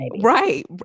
Right